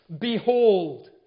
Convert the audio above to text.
Behold